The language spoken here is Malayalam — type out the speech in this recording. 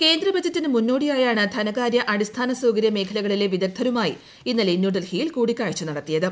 കേന്ദ്ര ബജറ്റിനു മുന്നോടിയായാണ് ധനകാര്യ അടിസ്ഥാന സൌകര്യ മേഖലകളിലെ വിദഗ്ദ്ധരുമായി ഇന്നലെ ന്യൂഡൽഹിയിൽ കൂടിക്കാഴ്ച നടത്തിയത്